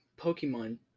Pokemon